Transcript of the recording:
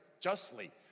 justly